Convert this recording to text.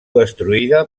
destruïda